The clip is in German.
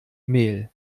mehl